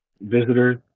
visitors